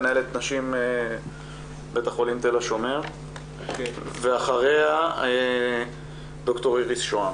מנהלת מחלקת נשים בבית החולים תל השומר ואחריה ד"ר איריס שהם.